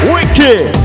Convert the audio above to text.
Wicked